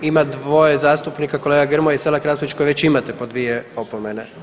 Ima dvoje zastupnika kolega Grmoja i Selak Raspudić koji već imate po dvije opomene.